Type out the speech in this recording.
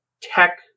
tech